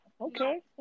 Okay